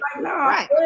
Right